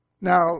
Now